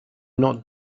not